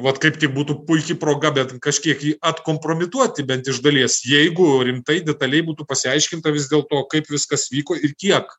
vat kaip tik būtų puiki proga bet kažkiek jį atkompromituoti bent iš dalies jeigu rimtai detaliai būtų pasiaiškinta vis dėlto kaip viskas vyko ir kiek